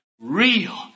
real